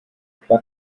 plug